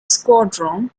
squadron